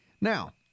Now